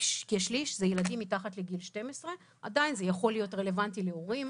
כשליש מתוכה זה ילדים מתחת לגיל 12. עדיין זה יכול להיות רלוונטי להורים,